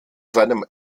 seinem